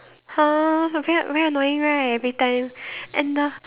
!huh! very very annoying right every time and the